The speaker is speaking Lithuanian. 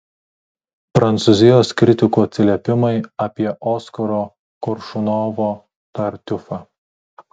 prancūzijos kritikų atsiliepimai apie oskaro koršunovo tartiufą